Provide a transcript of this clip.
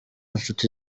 nshuti